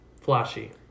Flashy